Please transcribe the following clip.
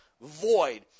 void